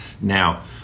Now